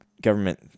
government